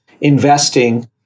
investing